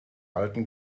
alten